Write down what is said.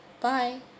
bye